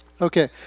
Okay